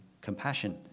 compassion